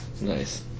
Nice